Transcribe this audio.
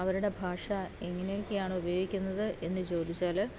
അവരുടെ ഭാഷ എങ്ങനെയൊക്കെയാണ് ഉപയോഗിക്കുന്നത് എന്ന് ചോദിച്ചാൽ